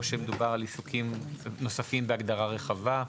או שמדובר על עיסוקים נוספים בהגדרה רחבה?